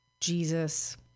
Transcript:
Jesus